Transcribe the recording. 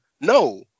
No